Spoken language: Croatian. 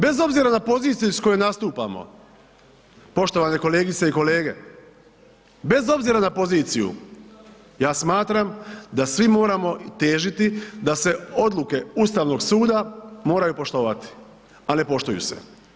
Bez obzira na poziciju s koje nastupamo poštovane kolegice i kolege, bez obzira na poziciju ja smatram da svi moramo težiti da se odluke Ustavnog suda moraju poštovati, a ne poštuju se.